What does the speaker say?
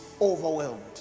overwhelmed